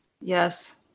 yes